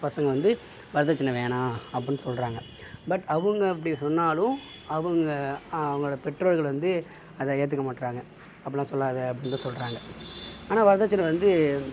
பசங்க வந்து வரதட்சணை வேணாம் அப்புடின் சொல்கிறாங்க பட் அவங்க அப்படி சொன்னாலும் அவங்க அவங்களோட பெற்றோர்கள் வந்து அத ஏத்துக்க மாட்றாங்க அப்படிலான் சொல்லாத அப்படின் தான் சொல்கிறாங்க ஆனால் வரதட்சணை வந்து